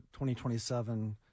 2027